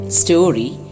story